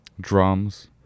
drums